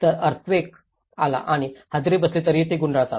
तर अर्थक्वेक आला आणि हादरे बसले तरीही ते गुंडाळतात